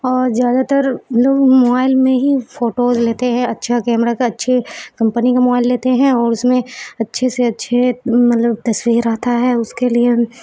اور زیادہ تر لوگ موبائل میں ہی فوٹوز لیتے ہیں اچھا کیمرہ کا اچھے کمپنی کا موبائل لیتے ہیں اور اس میں اچھے سے اچھے مطلب تصویر آتا ہے اس کے لیے